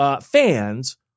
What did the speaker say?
Fans